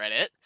reddit